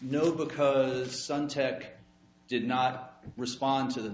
no because suntech did not respond to the